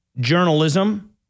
journalism